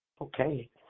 Okay